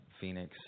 Phoenix